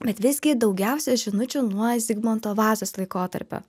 bet visgi daugiausia žinučių nuo zigmanto vazos laikotarpio